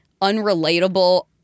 unrelatable